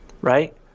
right